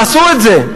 תעשו את זה.